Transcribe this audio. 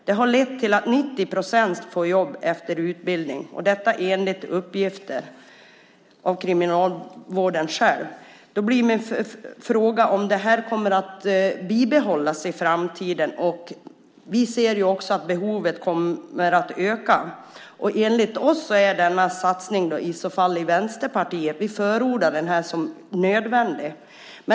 De har lett till att 90 procent får jobb efter utbildning - detta enligt uppgifter från Kriminalvården själv. Min fråga blir då: Kommer det här att bibehållas i framtiden? Vi ser att behovet kommer att öka. Vi i Vänsterpartiet förordar denna satsning och tycker att den är nödvändig.